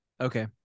Okay